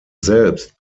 selbst